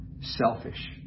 selfish